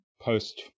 post